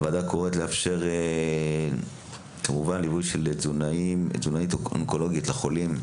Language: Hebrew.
הוועדה קוראת לאפשר ליווי תזונאית אונקולוגית לחולים.